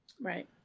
right